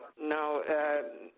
no